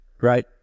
right